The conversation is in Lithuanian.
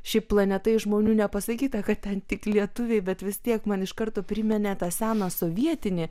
šiaip planeta žmonių nepasakyta kad ten tik lietuviai bet vis tiek man iš karto priminė tą seną sovietinį